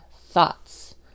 thoughts